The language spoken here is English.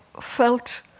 felt